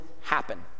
happen